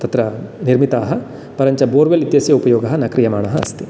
तत्र निर्मिताः परञ्च बोर्वेल् इत्यस्य उपयोगः न क्रियमाणः अस्ति